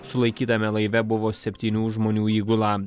sulaikytame laive buvo septynių žmonių įgula